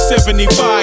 75